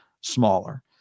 smaller